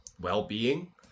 well-being